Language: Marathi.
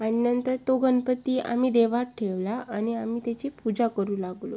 आणि नंतर तो गनपती आम्ही देवात ठेवला आणि आम्ही त्याची पूजा करू लागलो